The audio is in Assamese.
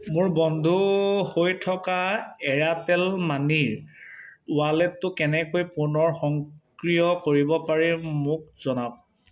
মোৰ বন্ধু হৈ থকা এয়াৰটেল মানিৰ ৱালেটটো কেনেকৈ পুনৰ সক্ৰিয় কৰিব পাৰি মোক জনাওক